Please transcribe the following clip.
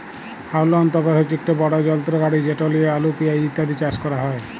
হাউলম তপের হছে ইকট বড় যলত্র গাড়ি যেট লিঁয়ে আলু পিয়াঁজ ইত্যাদি চাষ ক্যরা হ্যয়